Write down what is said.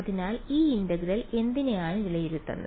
അപ്പോൾ ഈ ഇന്റഗ്രൽ എന്തിനെയാണ് വിലയിരുത്തുന്നത്